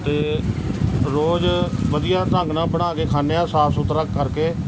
ਅਤੇ ਰੋਜ਼ ਵਧੀਆ ਢੰਗ ਨਾਲ ਬਣਾ ਕੇ ਖਾਂਦੇ ਹਾਂ ਸਾਫ਼ ਸੁਥਰਾ ਕਰਕੇ